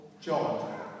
John